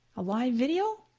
a live video.